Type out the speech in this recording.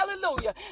hallelujah